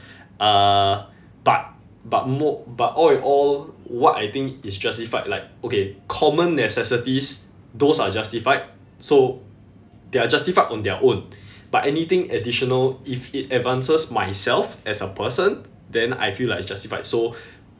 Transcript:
uh but but mo~ but all in all what I think is justified like okay common necessities those are justified so they are justified on their own but anything additional if it advances myself as a person then I feel like it's justified so